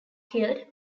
killed